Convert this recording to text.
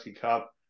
Cup